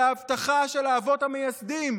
על ההבטחה של האבות המייסדים